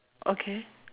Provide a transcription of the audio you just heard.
okay